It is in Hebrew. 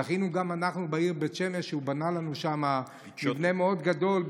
זכינו גם אנחנו בעיר בית שמש שהוא בנה לנו שם מבנה מאוד גדול,